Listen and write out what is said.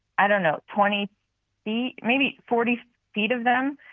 i don't know, twenty feet, maybe forty feet of them,